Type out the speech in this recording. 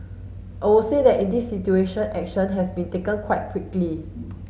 I would say that in this situation action has been taken quite quickly